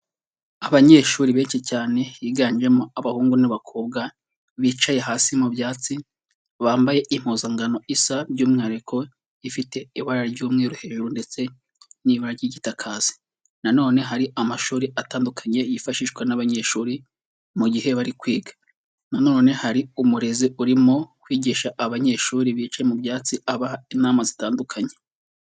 Abanyeshuri benshi cyane biganjemo abahungu n'abakobwa, bicaye hasi mu byatsi bambaye impuzankano isa by'umwihariko ifite ibara ry'umweru hejuru ndetse n'ibarara ry'igitaka hasi na none hari amashuri atandukanye yifashishwa n'abanyeshuri mu gihe bari kwiga, na none hari umurezi urimo kwigisha abanyeshuri bicaye mu byatsi abaha inama zitandukanye.